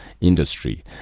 industry